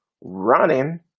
running